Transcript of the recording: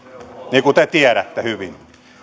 niin kuin te tiedätte hyvin